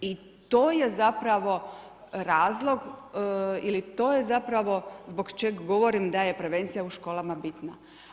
I to je zapravo razlog ili to je zapravo zbog čeg govorim da je prevencija u školama bitna.